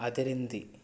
అదిరింది